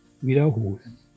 wiederholen